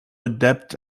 adept